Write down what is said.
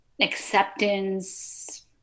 acceptance